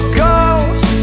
ghost